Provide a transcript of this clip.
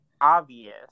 obvious